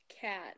cat